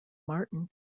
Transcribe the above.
martin